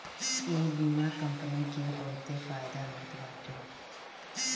इ बीमा कंपनी के बहुते फायदा होत बाटे